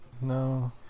No